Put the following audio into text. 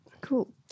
cool